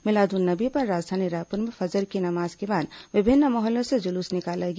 मिलाद उन नबी पर राजधानी रायपुर में फजर की नमाज के बाद विभिन्न मोहल्लों से जुलूस निकाला गया